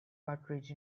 cartridge